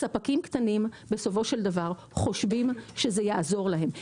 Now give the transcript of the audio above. ספקים קטנים בסופו של דבר חושבים שזה יעזור להם,